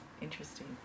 interesting